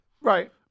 Right